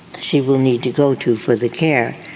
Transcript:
she will need to go to for the care,